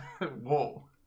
Whoa